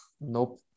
Nope